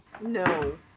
No